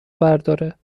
برداره